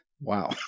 Wow